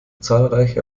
zahlreiche